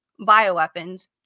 bioweapons